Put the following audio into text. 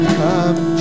come